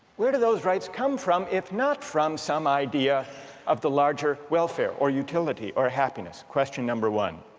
where do those rights come from if not from some idea of the larger welfare or utility or happiness? question number one.